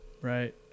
right